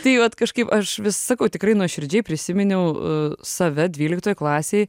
tai vat kažkaip aš vis sakau tikrai nuoširdžiai prisiminiau save dvyliktoj klasėj